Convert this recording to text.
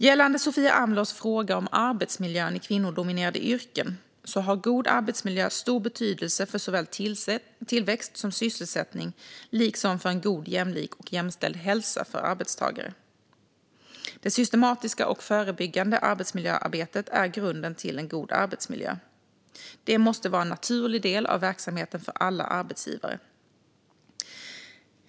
Gällande Sofia Amlohs fråga om arbetsmiljön i kvinnodominerade yrken har god arbetsmiljö stor betydelse för såväl tillväxt som sysselsättning liksom för en god jämlik och jämställd hälsa för arbetstagare. Det systematiska och förebyggande arbetsmiljöarbetet är grunden till en god arbetsmiljö. Det måste vara en naturlig del av verksamheten för alla arbetsgivare.